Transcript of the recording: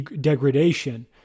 degradation